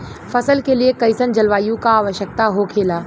फसल के लिए कईसन जलवायु का आवश्यकता हो खेला?